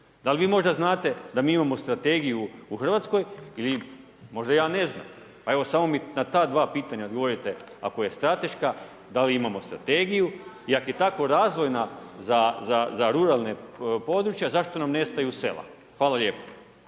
Da li vi možda znate da mi imamo strategiju u RH ili možda ja ne znam. Evo, samo mi na ta dva pitanja odgovorite. Ako je strateška, da li imamo strategiju i ako je tako razvojna za ruralna područja, zašto nam nestaju sela? Hvala lijepo.